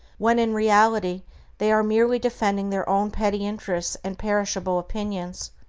when in reality they are merely defending their own petty interests and perishable opinions.